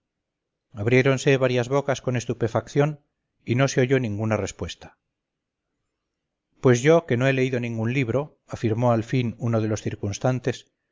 arreglado abriéronse varias bocas con estupefacción y no se oyó ninguna respuesta pues yo que no he leído ningún libro afirmó al fin uno de los